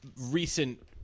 recent